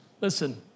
Listen